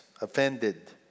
Offended